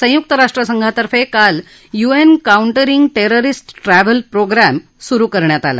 संयुक्त राष्ट्रसंघातर्फे काल UN countering terrorist travel programme सुरु करण्यात आला